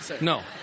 No